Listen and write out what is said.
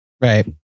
Right